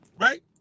right